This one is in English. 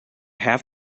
have